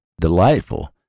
delightful